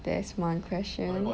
there's one question